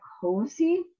cozy